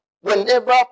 whenever